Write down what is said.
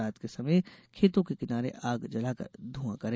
रात के समय खेतों के किनारे आग जलाकर धुंआ करें